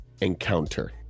encounter